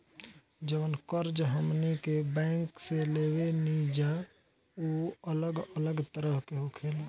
जवन कर्ज हमनी के बैंक से लेवे निजा उ अलग अलग तरह के होखेला